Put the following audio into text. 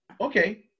Okay